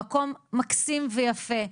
מקום מקסים ויפה,